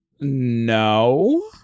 No